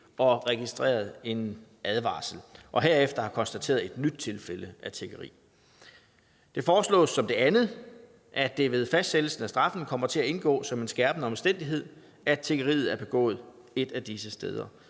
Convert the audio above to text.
og registreret en advarsel og herefter konstateret et nyt tilfælde af tiggeri. Det foreslås som det andet, at det ved fastsættelsen af straffen kommer til at indgå som en skærpende omstændighed, at tiggeriet er begået et af disse steder,